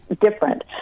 different